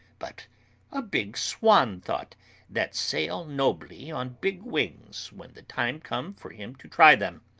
but a big swan-thought that sail nobly on big wings, when the time come for him to try them.